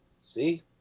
See